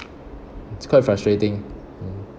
it's quite frustrating mm